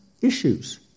Issues